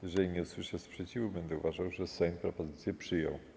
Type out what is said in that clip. Jeżeli nie usłyszę sprzeciwu, będę uważał, że Sejm propozycję przyjął.